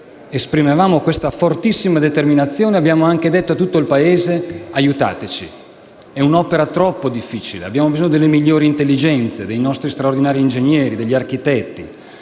esprimevamo questa fortissima determinazione, abbiamo anche detto a tutto il Paese di aiutarci: è un'opera troppo difficile, abbiamo bisogno delle migliori intelligenze, dei nostri straordinari ingegneri, degli architetti.